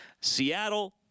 Seattle